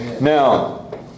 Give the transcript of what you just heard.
now